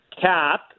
cap